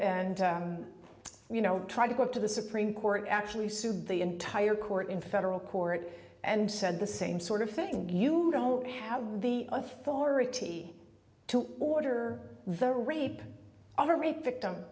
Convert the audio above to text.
and you know try to go to the supreme court actually sued the entire court in federal court and said the same sort of thing you don't have the authority to order the rape of a rape victim